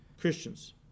Christians